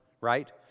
right